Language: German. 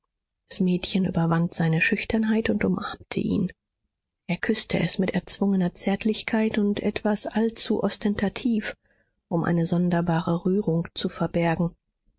das mädchen überwand seine schüchternheit und umarmte ihn er küßte es mit erzwungener zärtlichkeit und etwas allzu ostentativ um eine sonderbare rührung zu verbergen